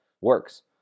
Works